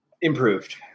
Improved